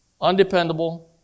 undependable